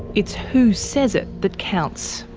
it's who says it that counts.